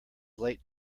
late